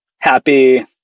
happy